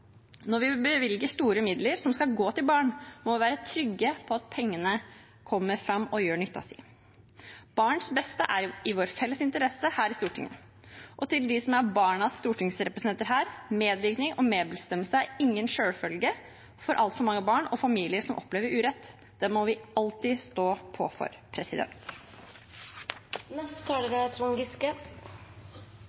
Når vi bevilger store midler som skal gå til barn, må vi være trygge på at pengene kommer fram og gjør nytten sin. Barns beste er i vår felles interesse her i Stortinget. Og til dem som er barnas stortingsrepresentanter her: Medvirkning og medbestemmelse er ingen selvfølge for altfor mange barn og familier som opplever urett. Det må vi alltid stå på for.